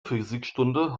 physikstunde